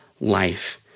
life